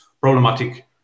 problematic